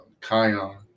Kion